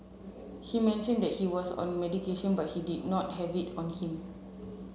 he mentioned that he was on medication but he did not have it on him